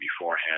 beforehand